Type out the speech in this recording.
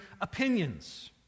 opinions